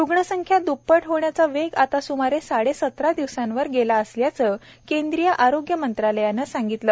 रुग्णसंख्या द्प्पट होण्याचा वेग आता स्मारे साडे सतरा दिवसांवर गेला असल्याचं केंद्रीय आरोग्य मंत्रालयानं सांगितलं